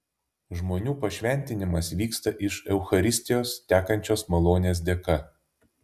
žmonių pašventinimas vyksta iš eucharistijos tekančios malonės dėka